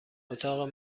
اتاق